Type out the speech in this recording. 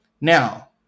Now